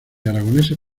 aragoneses